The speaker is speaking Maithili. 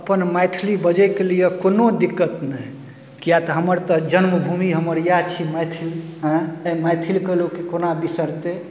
अपन मैथिली बजैके लिए कोनो दिक्कत नहि किएक तऽ हमर तऽ जन्मभूमि हमर इएह छी मैथिल एँ तऽ मैथिलके लोक कोना बिसरतै